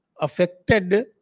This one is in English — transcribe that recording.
affected